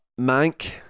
Mank